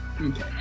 Okay